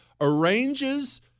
arranges